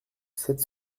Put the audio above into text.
sept